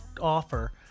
offer